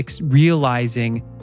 realizing